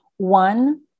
One